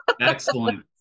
Excellent